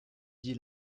dit